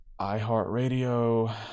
iHeartRadio